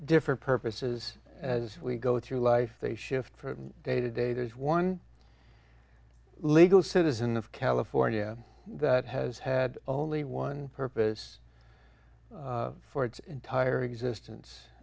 different purposes as we go through life they shift from day to day there's one legal citizen of california that has had only one purpose for its entire existence